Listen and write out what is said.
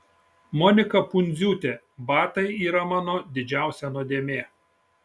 monika pundziūtė batai yra mano didžiausia nuodėmė